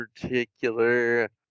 particular